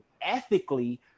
ethically